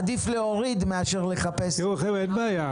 עדיף להוריד מאשר לחפש --- חבר'ה, אין בעיה.